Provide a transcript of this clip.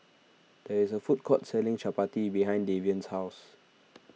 there is a food court selling Chapati behind Davion's house